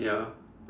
ya